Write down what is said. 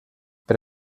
per